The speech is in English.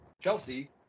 Chelsea